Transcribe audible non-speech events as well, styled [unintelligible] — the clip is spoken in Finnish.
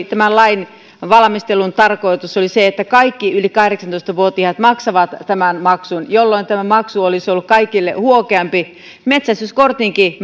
[unintelligible] tämän lain valmistelun tarkoitus se oli se että kaikki yli kahdeksantoista vuotiaat maksavat tämän maksun jolloin tämä maksu olisi ollut kaikille huokeampi metsästyskortinkin [unintelligible]